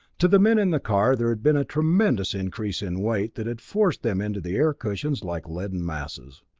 to the men in the car there had been a tremendous increase in weight that had forced them into the air cushions like leaden masses.